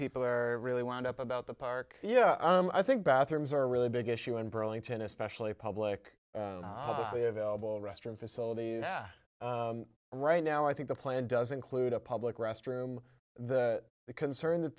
people are really wound up about the park yeah i think bathrooms are a really big issue in burlington especially public restroom facilities right now i think the plan does include a public restroom the concern that